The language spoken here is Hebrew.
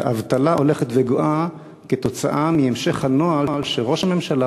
והאבטלה הולכת וגואה כתוצאה מהמשך הנוהל שראש הממשלה,